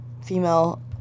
Female